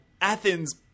Athens